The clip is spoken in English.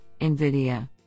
NVIDIA